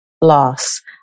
loss